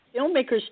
filmmakers